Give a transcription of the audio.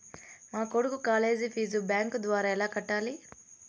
మా కొడుకు college fees bank ద్వారా ఎలా కట్టాలి?